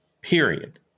period